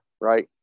right